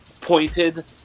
pointed